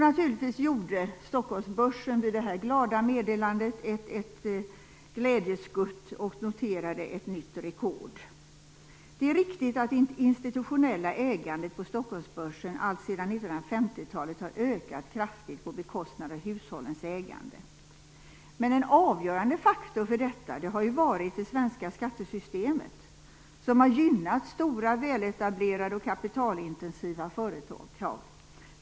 Naturligtvis gjorde Stockholmsbörsen vid detta glada meddelande ett glädjeskutt och noterade ett nytt rekord. Det är riktigt att det institutionella ägandet på Stockholmsbörsen alltsedan 1950-talet har ökat kraftigt på bekostnad av hushållens ägande. En avgörande faktor har varit det svenska skattesystemet, som har gynnat stora, väletablerade och kapitalintensiva företag.